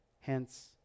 Hence